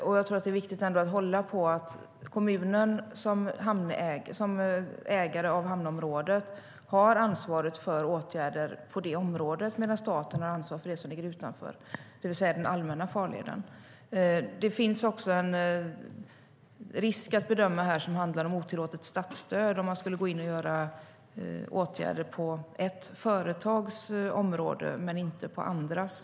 Det finns också en risk att bedöma här och som handlar om otillåtet statsstöd om man skulle gå in och vidta åtgärder på ett företags område men inte på andras.